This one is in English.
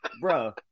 Bro